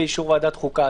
באישור ועדת החוקה.